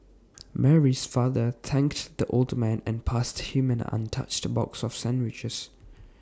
Mary's father thanked the old man and passed him an untouched box of sandwiches